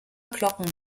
glocken